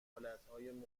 حالتهای